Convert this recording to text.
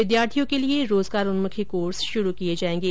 विद्यार्थियों के लिए रोजगारोन्मुखी कोर्स शुरू किए जाएंगे